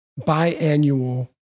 biannual